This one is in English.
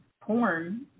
porn